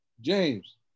James